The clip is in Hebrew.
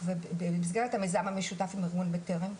במסגרת המיזם המשותף עם ארגון בטרם,